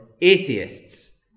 atheists